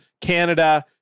Canada